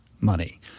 money